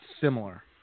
similar